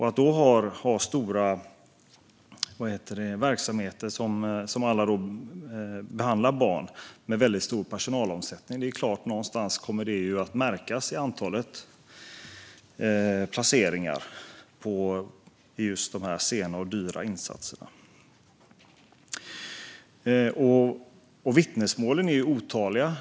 Att då ha verksamheter med stor personalomsättning kommer att märkas i antalet placeringar i de sena och dyra insatserna. Vittnesmålen är otaliga.